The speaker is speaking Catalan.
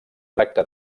tracta